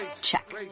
Check